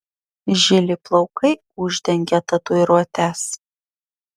žili plaukai uždengė tatuiruotes